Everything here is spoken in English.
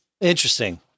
Interesting